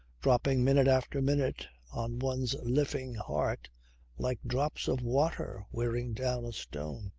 dropping minute after minute on one's living heart like drops of water wearing down a stone.